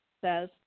says